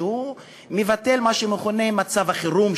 שהוא מבטל מה שמכונה מצב החירום,